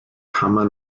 kammer